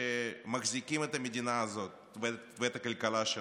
שמחזיקים את המדינה הזאת ואת הכלכלה שלה: